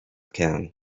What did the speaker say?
can